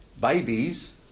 babies